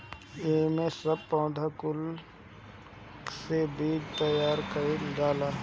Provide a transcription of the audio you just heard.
एमे सब पौधा कुल से बीज तैयार कइल जाला